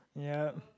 yup